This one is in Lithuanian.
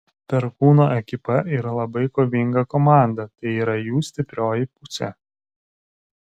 perkūno ekipa yra labai kovinga komanda tai yra jų stiprioji pusė